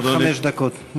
עד חמש דקות.